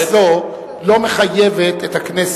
אני מודיע לך שכל הסכמה כזאת לא מחייבת את הכנסת.